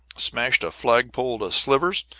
smashed a flagpole to slivers,